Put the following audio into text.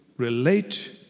Relate